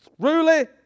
truly